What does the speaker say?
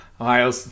Ohio